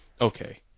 Okay